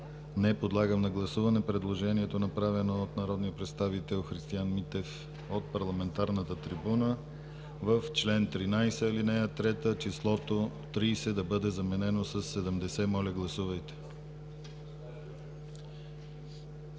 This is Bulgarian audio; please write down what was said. Не. Подлагам на гласуване предложението, направено от народния представител Христиан Митев от парламентарната трибуна – в чл. 13, ал. 3 числото „30“ да бъде заменено със „70“. Гласували